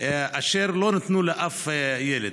ולא ניתן לאף ילד.